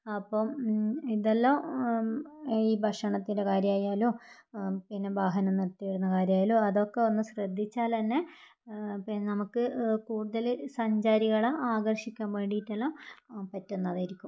അപ്പം ഇതെല്ലാം ഈ ഭക്ഷണത്തിൻ്റെ കാര്യമായാലും പിന്നെ വാഹനം നിർത്തിയിടുന്ന കാര്യമായാലും അതൊക്കെ ഒന്നു ശ്രദ്ധിച്ചാൽതന്നെ പിന്നെ നമുക്ക് കൂടുതൽ സഞ്ചാരികളെ ആകർഷിക്കാൻ വേണ്ടിയിട്ടെല്ലാം പറ്റുന്നതായിരിക്കും